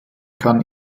kann